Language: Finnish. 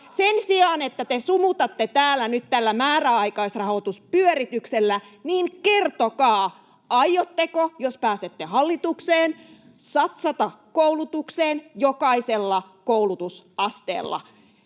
Sen sijaan, että te sumutatte täällä nyt tällä määräaikaisrahoituspyörityksellä, niin kertokaa, aiotteko, jos pääsette hallitukseen, satsata koulutukseen jokaisella koulutusasteella.